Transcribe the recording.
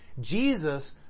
Jesus